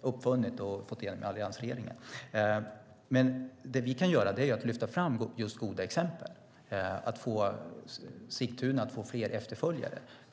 uppfunnit och fått igenom i alliansregeringen - är att lyfta fram goda exempel så att Sigtuna får efterföljare.